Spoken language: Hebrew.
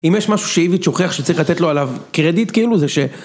אם יש משהו שאיביץ' הוכיח שצריך לתת לו עליו קרדיט, כאילו, זה ש...